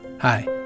Hi